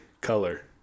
Color